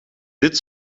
dit